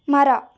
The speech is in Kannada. ಮರ